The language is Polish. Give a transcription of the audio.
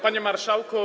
Panie Marszałku!